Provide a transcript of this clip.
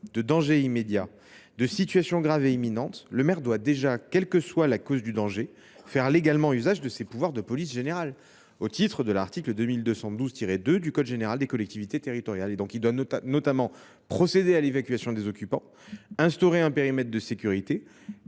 de danger immédiat, de situation grave et imminente, le maire doit déjà, quelle que soit la cause du danger, faire légalement usage de ses pouvoirs de police générale, et ce au titre de l’article L. 2212 2 du code général des collectivités territoriales. Il doit notamment procéder à l’évacuation des occupants, instaurer un périmètre de sécurité,